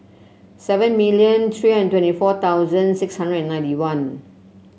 seven million three hundred twenty four thousand six hundred and ninety one